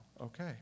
Okay